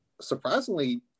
surprisingly